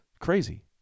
Crazy